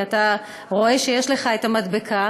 כי אתה רואה שיש לך את המדבקה,